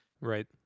right